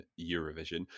Eurovision